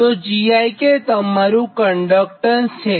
તો Gikઆ તમારું કંડક્ટન્સ છે